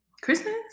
Christmas